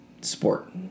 sport